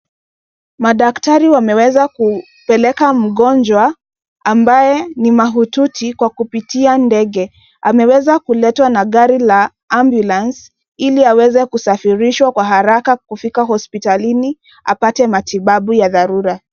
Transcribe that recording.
Madaktari wameweza kupeleka mgonjwa, ambaye ni mahututi kwa kupitia ndege, ameweza kuletwa na gari la ambulance , ili aweze kusafirishwa kwa haraka kufika hospitalini, apate matibabu ya dharura.